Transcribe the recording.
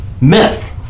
myth